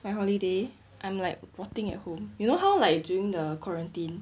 my holiday I'm like rotting at home you know how like during the quarantine